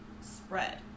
spread